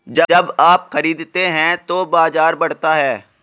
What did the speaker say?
जब आप खरीदते हैं तो बाजार बढ़ता है